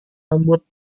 rambut